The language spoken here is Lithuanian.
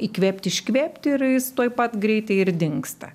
įkvėpti iškvėpti ir jis tuoj pat greitai ir dingsta